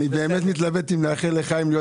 אני באמת מתלבט אם לאחל לחיים להיות